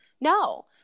No